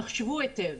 תחשבו היטב.